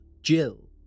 Jill